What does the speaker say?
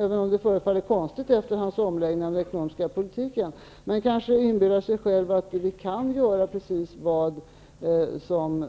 Även om det förefaller konstigt efter hans omläggning av den ekonomiska politiken, kanske Allan Larsson inbillar sig själv att vi kan göra precis vad som helst som